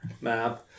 map